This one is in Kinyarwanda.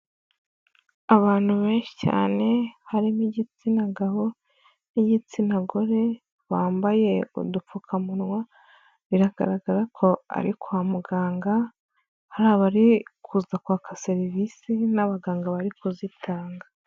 Abantu benshi cyane harimo igitsina gabo n'igitsina gore bambaye udupfukamunwa biragaragara ko ari kwa muganga, hari abari kuza kwaka serivisi n'abaganga bari kuzitanga.